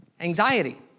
Anxiety